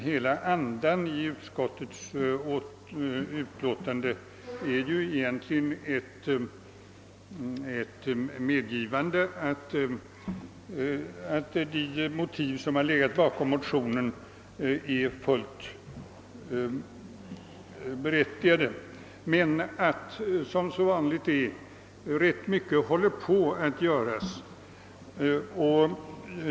Hela andan i utskottets utlåtande är ju egentligen ett medgivande att de motiv som legat bakom motionen är fullt berättigade, men att — som så vanligt är — rätt mycket håller på att göras.